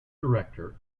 director